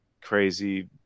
crazy